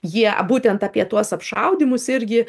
jie būtent apie tuos apšaudymus irgi